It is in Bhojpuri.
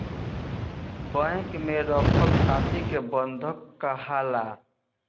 बैंक में रखल थाती के बंधक काहाला